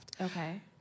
Okay